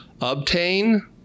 obtain